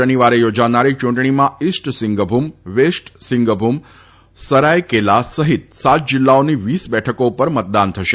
શનિવારે યોજાનારી યુંટણીમાં ઇસ્ટ સિંઘભૂમ વેસ્ટ સિંઘભૂમ સરાયકેલા સહિત સાત જીલ્લાઓની વીસ બેઠકો પર મતદાન થશે